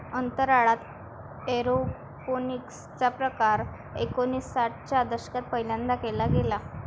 अंतराळात एरोपोनिक्स चा प्रकार एकोणिसाठ च्या दशकात पहिल्यांदा केला गेला